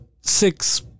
six